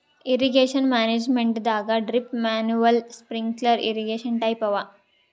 irrigation ಮ್ಯಾನೇಜ್ಮೆಂಟದಾಗ್ drip manual sprinkler irrigation type ಅವ